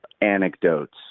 anecdotes